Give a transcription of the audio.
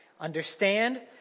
Understand